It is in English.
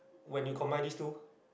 when you combine these two